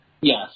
yes